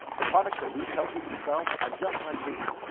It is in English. the products that we tell people to sell are just like these.